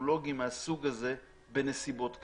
באיכון בנסיבות כאלה,